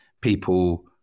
people